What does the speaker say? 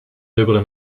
dubbele